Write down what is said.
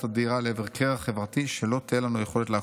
הדהירה לעבר קרע חברתי שלא תהיה לנו יכולת לאחותו.